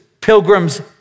Pilgrim's